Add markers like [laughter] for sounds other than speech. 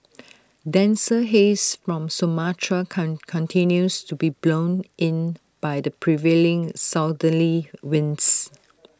denser haze from Sumatra [noise] continues to be blown in by the prevailing southerly winds